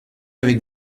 avec